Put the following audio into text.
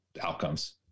outcomes